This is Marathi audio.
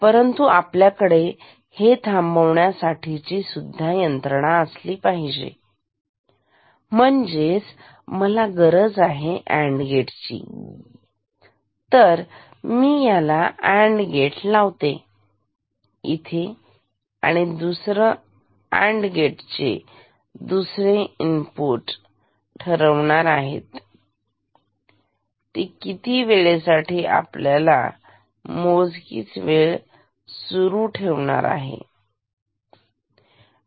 परंतु आपल्याकडे हे थांबवण्यासाठीची सुद्धा यंत्रणा असली पाहिजे तर मला गरज आहे अँड गेटची तर मी याला अँड गेट लावते इथे आणि दुसरे अँड गेटचे दुसरे इनपुट ठरवणारा आहे ती किती वेळेसाठी आपल्याला ही मोजणी सुरू ठेवायची आहे